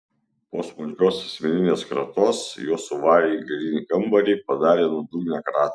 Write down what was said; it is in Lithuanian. po smulkios asmeninės kratos juos suvarė į galinį kambarį padarė nuodugnią kratą